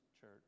church